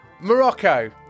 Morocco